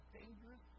dangerous